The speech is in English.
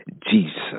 Jesus